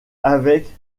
avec